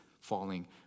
falling